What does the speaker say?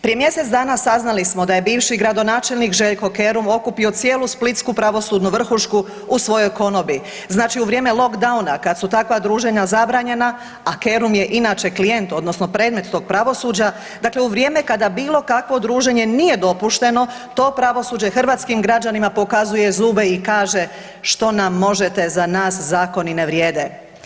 Prije mjesec dana saznali smo da je bivši gradonačelnik Željko Kerum okupio cijeli splitsku pravosudnu vrhušku u svojoj konobi, znači u vrijeme lockdowna kad su takva druženja zabranjena, a Kerum je inače klijent, odnosno predmet tog pravosuđa, dakle u vrijeme kada bilo kakvo druženje nije dopušteno, to pravosuđe hrvatskim građanima pokazuje zube i kaže, što nam možete, za nas zakoni ne vrijede.